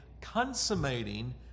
consummating